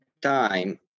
time